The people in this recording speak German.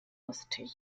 lustig